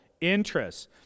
interests